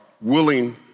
willing